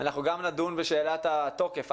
אנחנו גם נדון בשאלת התוקף,